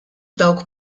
dawk